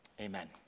Amen